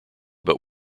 but